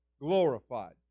glorified